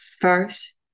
First